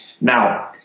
Now